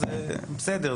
אז בסדר,